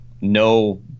no